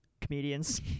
comedians